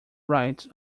writes